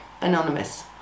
Anonymous